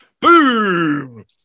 Boom